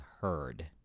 Heard